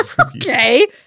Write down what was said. Okay